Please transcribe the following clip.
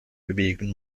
bewegen